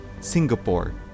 Singapore